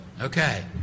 Okay